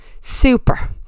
super